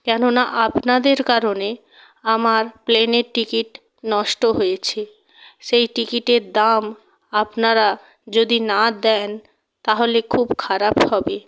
কেননা আপনাদের কারণে আমার প্লেনের টিকিট নষ্ট হয়েছে সেই টিকিটের দাম আপনারা যদি না দেন তাহলে খুব খারাপ হবে